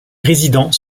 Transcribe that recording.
résidents